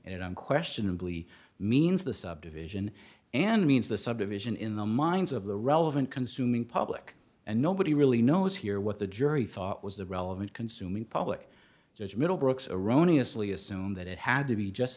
unquestionably means the subdivision and means the subdivision in the minds of the relevant consuming public and nobody really knows here what the jury thought was the relevant consuming public just middlebrooks erroneous lee assume that it had to be just